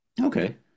Okay